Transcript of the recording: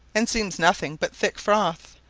and seems nothing but thick froth.